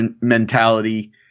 mentality